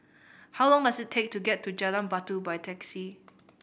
how long does it take to get to Jalan Batu by taxi